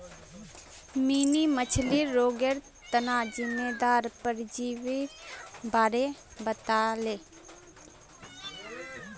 mini मछ्लीर रोगेर तना जिम्मेदार परजीवीर बारे बताले